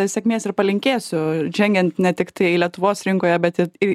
sėkmės ir palinkėsiu žengiant ne tiktai lietuvos rinkoje bet ir į